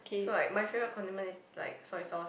so like my favourite condiment is like soy sauce